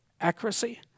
accuracy